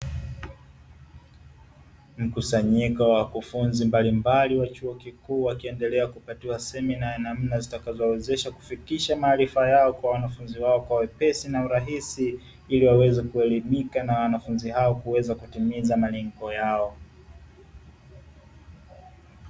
Mkusanyiko wa wakufunzi mbalimbali wa chuo kikuu wakiendelea kupatiwa semina ya namna zitakazowawezesha kufikisha maarifa yao kwa wanafunzi wao kwa wepesi na urahisi, ili waweze kuelimika na wanafunzi hao kuweza kutimiza malengo yao.